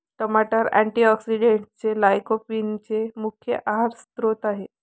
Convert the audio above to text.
टमाटर अँटीऑक्सिडेंट्स लाइकोपीनचे मुख्य आहार स्त्रोत आहेत